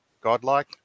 godlike